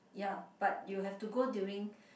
ya but you have to go during